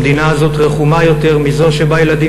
המדינה הזאת רחומה יותר מזו שבה ילדים